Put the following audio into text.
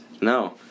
No